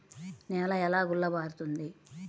నేల ఎలా గుల్లబారుతుంది?